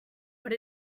what